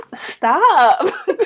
stop